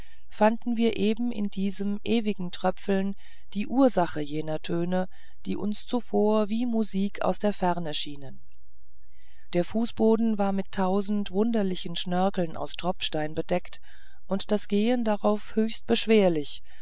fanden wir eben in diesem ewigen tröpfeln die ursache jener töne die uns zuvor wie musik aus der ferne schienen der fußboden war mit tausend wunderlichen schnörkeln aus tropfstein bedeckt und das gehen darauf höchst beschwerlich